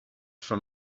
from